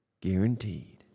guaranteed